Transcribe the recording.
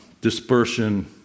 dispersion